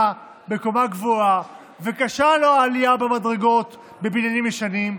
או בקומה גבוהה וקשה לו העלייה במדרגות בבניינים ישנים,